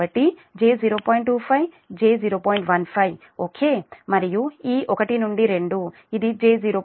15 okay మరియు ఈ 1 నుండి 2 ఇది j0